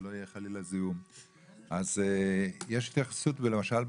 שלא יהיה חלילה זיהום אז יש התייחסות ולמשל,